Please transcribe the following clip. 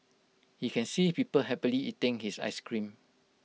he can see people happily eating his Ice Cream